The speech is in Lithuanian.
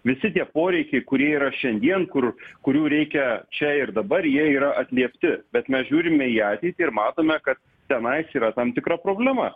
visi tie poreikiai kurie yra šiandien kur kurių reikia čia ir dabar jie yra atliepti bet mes žiūrime į ateitį ir matome kad tenais yra tam tikra problema